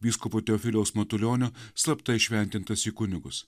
vyskupo teofiliaus matulionio slapta įšventintas į kunigus